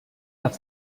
have